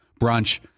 brunch